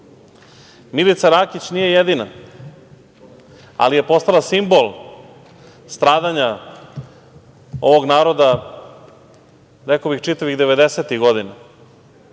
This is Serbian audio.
deca. Milica Rakić nije jedina, ali je postala simbol stradanja ovog naroda, rekao bih čitavih devedesetih